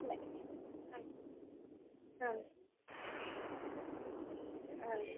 ಇಲ್ಲ ಹ್ಞೂ ಹ್ಞೂ ಹಾನ್ ರೀ